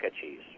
cheese